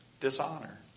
dishonor